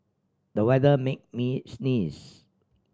the weather made me sneeze